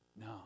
No